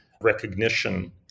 recognition